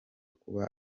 kuba